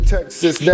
Texas